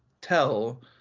tell